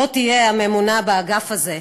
לא תהיה הממונה באגף הזה,